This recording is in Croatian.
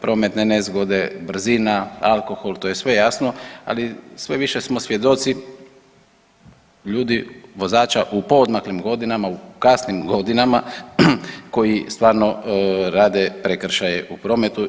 prometne nezgode, brzina, alkohol, to je sve jasno ali sve više smo svjedoci ljudi vozača u poodmaklim godinama, u kasnim godinama koji stvarno rade prekršaje u prometu.